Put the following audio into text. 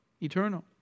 eternal